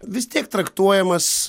vis tiek traktuojamas